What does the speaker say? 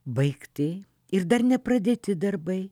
baigti ir dar nepradėti darbai